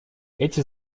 эти